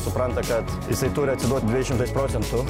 supranta kad jisai turi būti dviem šimtais procentų